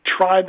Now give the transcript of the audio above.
try